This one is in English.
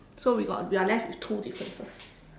so we got we are left with two differences